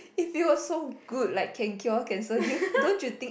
if you are so good like can cure can serve you don't you think